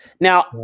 Now